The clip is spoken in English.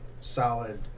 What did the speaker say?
solid